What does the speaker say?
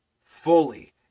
fully